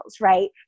right